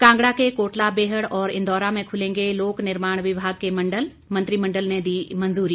कांगड़ा के कोटला बेहड़ और इंदौरा में खुलेंगे लोक निर्माण विभाग के मंडल मंत्रिमंडल ने दी मंजूरी